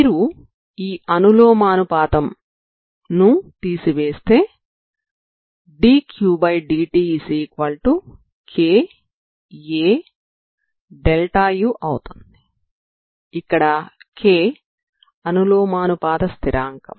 మీరు ఈ అనులోమానుపాతం ను తీసి వేస్తే dQdtkAu అవుతుంది ఇక్కడ K అనులోమానుపాత స్థిరాంకం